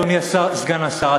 אדוני סגן השר,